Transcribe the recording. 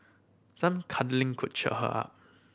some cuddling could cheer her up